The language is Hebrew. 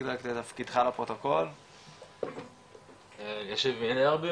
אלישיב מינרבי,